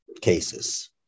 cases